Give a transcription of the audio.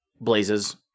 Blaze's